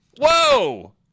Whoa